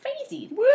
crazy